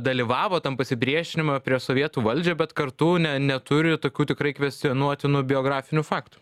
dalyvavo tam pasipriešinime prieš sovietų valdžią bet kartu ne neturi tokių tikrai kvestionuotinų biografinių faktų